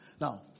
Now